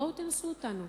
בואו תנסו אותנו.